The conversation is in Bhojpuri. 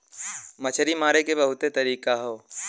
मछरी मारे के बहुते तरीका हौ